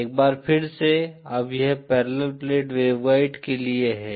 एक बार फिर से अब यह पैरेलल प्लेट वेवगाइड के लिए है